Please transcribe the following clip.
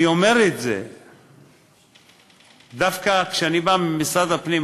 אני אומר את זה דווקא כשאני בא ממשרד הפנים.